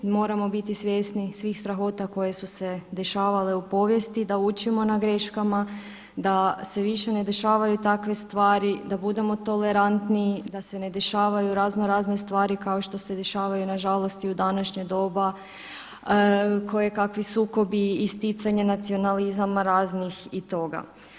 Moramo biti svjesni svih strahota koje su se dešavale u povijesti, da učimo na greškama, da se više ne dešavaju takve stvari, da budemo tolerantniji, da se ne dešavaju razno razne stvari kao što se dešavaju nažalost i u današnje doba kojekakvi sukobi, isticanje nacionalizama raznih i toga.